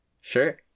sure